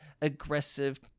aggressive